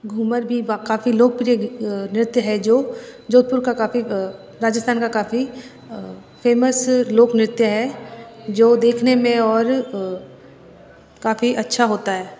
घूमर भी काफ़ी लोकप्रिय नृत्य है जो जोधपुर का काफ़ी राजस्थान का काफ़ी फेमस लोकनृत्य है जो देखने में और काफ़ी अच्छा होता है